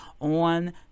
on